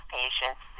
patients